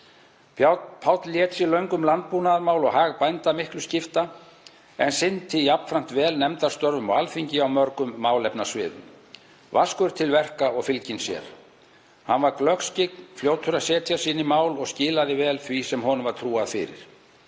Páll lét sér löngum landbúnaðarmál og hag bænda miklu skipta, en sinnti jafnframt vel nefndastörfum á Alþingi á mörgum málefnasviðum, vaskur til verka og fylginn sér. Hann var glöggskyggn, fljótur að setja sig inn í mál og skilaði vel því sem honum var trúað fyrir.